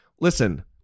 listen